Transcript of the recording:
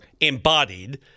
embodied